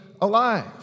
alive